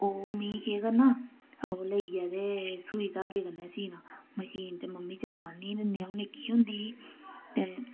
ओह् मि केह् करना ओह् लेइयै ते सूई धागे कन्नै सीना मशीन ते मम्मी चलान नेईं हियां दिंदियां अ'ऊं निक्की होंदी ही ते